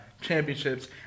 championships